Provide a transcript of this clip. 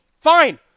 fine